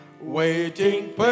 waiting